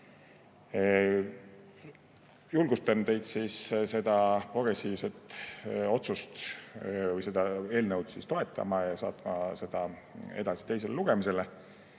Julgustan teid seda progressiivset otsust või seda eelnõu toetama ja saatma seda edasi teisele lugemisele.